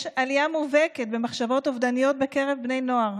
יש עלייה מובהקת במחשבות אובדניות בקרב בני נוער,